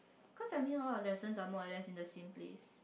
cause I mean all the lessons are more or less in the same place